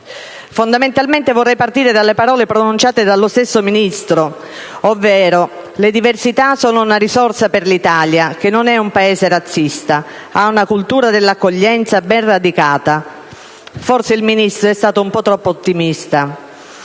Fondamentalmente vorrei partire dalle parole pronunciate dallo stesso Ministro: la diversità è una risorsa per l'Italia, che non è un Paese razzista, ha una cultura dell'accoglienza ben radicata. Forse il Ministro è stato un po' troppo ottimista!